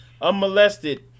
unmolested